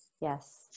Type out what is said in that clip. Yes